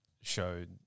showed